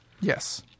Yes